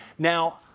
now,